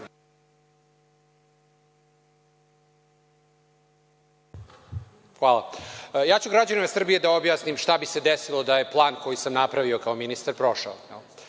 Ja ću građanima Srbije da objasnim šta bi se desilo da je plan koji sam napravio kao ministar prošao.